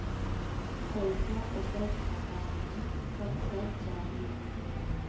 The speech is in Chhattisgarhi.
पैसा ओकर खाता म कब तक जाही?